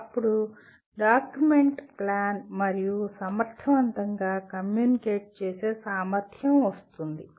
అప్పుడు document plan మరియు సమర్థవంతంగా కమ్యూనికేట్ చేసే సామర్థ్యం వస్తుంది